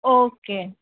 okay